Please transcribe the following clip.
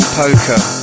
Poker